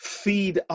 feed